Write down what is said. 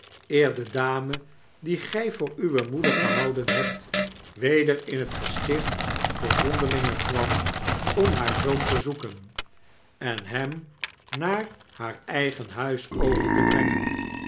de dame die gy voor uwe moeder gehouden hebt weder in het gesticht voor vondelingen kwam om haar zoon op te zoeken en hem naar haar eigen huis over te brengen